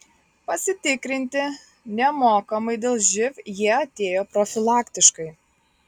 pasitikrinti nemokamai dėl živ jie atėjo profilaktiškai